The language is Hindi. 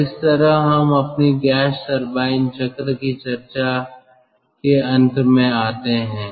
और इस तरह हम अपनी गैस टरबाइन चक्र की चर्चा के अंत में आते हैं